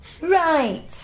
Right